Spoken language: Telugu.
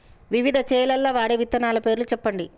వివిధ చేలల్ల వాడే విత్తనాల పేర్లు చెప్పండి?